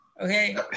Okay